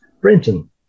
Brenton